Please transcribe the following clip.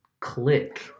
click